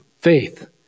faith